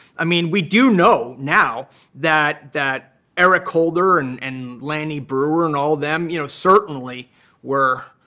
i mean, we do know now that that eric holder, and and lanny breuer, and all of them, you know, certainly were